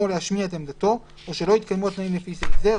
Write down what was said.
או להשמיע את עמדתו או שלא התקיימו התנאים לפי סעיף זה,